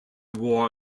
war